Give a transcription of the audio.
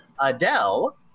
Adele